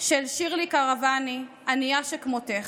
של שירלי קרוואני, "ענייה שכמותך",